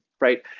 Right